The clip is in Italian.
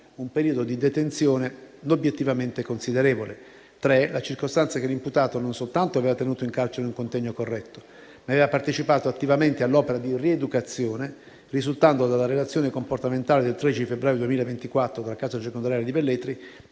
un periodo di detenzione obiettivamente considerevole; la circostanza che l'imputato non soltanto aveva tenuto in carcere un contegno corretto, ma aveva partecipato attivamente all'opera di rieducazione, risultando dalla relazione comportamentale del 13 febbraio 2024 della casa circondariale di Velletri